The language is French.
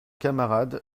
camarade